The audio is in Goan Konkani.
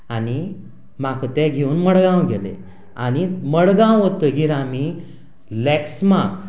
आनी म्हाका ते घेवन मडगांव गेले आनी मडगांव वतकच आमीं लॅक्समार्क